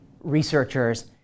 researchers